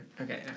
Okay